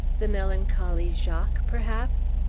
the melancholy jacques, perhaps?